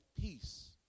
peace